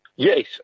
Yes